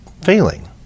failing